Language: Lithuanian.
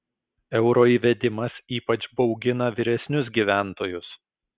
euro įvedimas ypač baugina vyresnius gyventojus